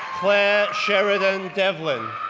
claire sheridan devlin,